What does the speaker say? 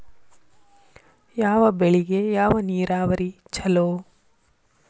ಯಾವ ಬೆಳಿಗೆ ಯಾವ ನೇರಾವರಿ ಛಲೋ?